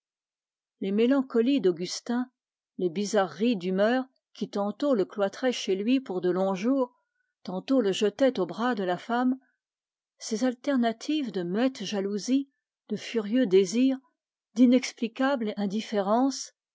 les mélancolies d'augustin les bizarreries d'humeur qui tantôt le cloîtraient chez lui pour de longs jours tantôt le jetaient aux bras de la femme ces alternatives de muette jalousie de furieux désir d'inexplicable indifférence